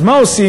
אז מה עושים?